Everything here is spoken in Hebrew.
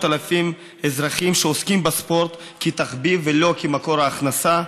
רזבוזוב וקבוצת חברי הכנסת, לקריאה ראשונה.